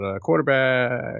Quarterback